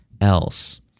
else